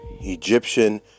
Egyptian